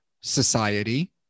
society